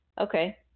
Okay